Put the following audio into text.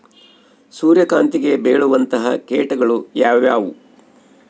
ಸೂರ್ಯಕಾಂತಿಗೆ ಬೇಳುವಂತಹ ಕೇಟಗಳು ಯಾವ್ಯಾವು?